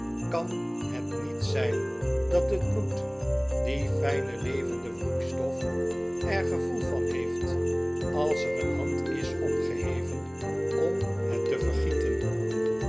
kan het niet zijn dat het bloed die fijne levende vloeistof er gevoel van heeft als er een hand is opgeheven om het te vergieten